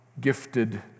gifted